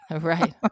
Right